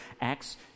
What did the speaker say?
Acts